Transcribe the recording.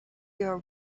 your